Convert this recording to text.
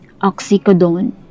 oxycodone